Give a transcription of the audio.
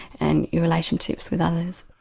and your relationships with others.